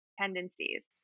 tendencies